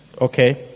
okay